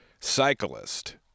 cyclist